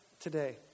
today